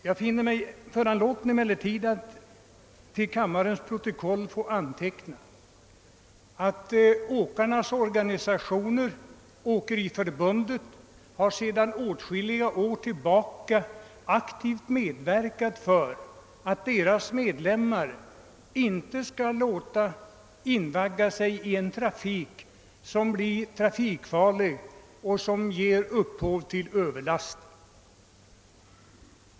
Jag finner mig föranlåten att be att till kammarans protokoll få antecknat att åkarnas organisation, Åkeriförbundet, sedan åtskilliga år aktivt har verkat för att dess medlemmar inte skall låta inveckla sig i en verksamhet som ger upphov till överlaster och därmed blir trafikfarlig.